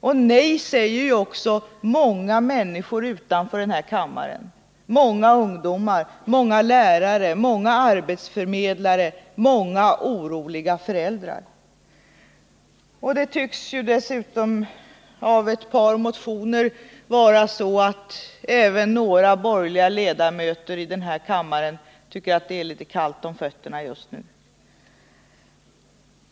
Och nej säger också många människor utanför denna riksdag — många ungdomar, många lärare, många arbetsförmedlare, många oroliga föräldrar. Att döma av ett par motioner tycker tydligen även några borgerliga ledamöter i denna kammare att det är litet kallt om fötterna just nu.